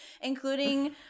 including